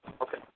Okay